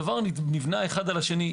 הדבר נבנה אחד על השני.